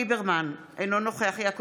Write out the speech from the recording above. אינו נוכח אביגדור ליברמן,